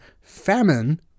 famine